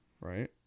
right